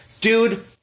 Dude